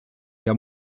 der